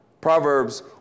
Proverbs